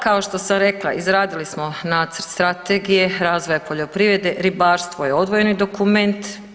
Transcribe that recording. Kao što sam rekla izradili smo nacrt strategije razvoja poljoprivrede, ribarstvo je odvojeni dokument.